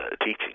teaching